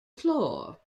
floor